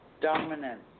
dominance